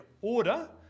order